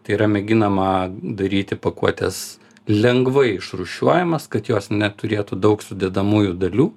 tai yra mėginama daryti pakuotes lengvai išrūšiuojamas kad jos neturėtų daug sudedamųjų dalių